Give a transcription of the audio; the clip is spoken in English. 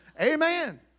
Amen